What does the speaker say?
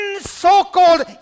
so-called